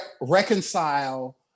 reconcile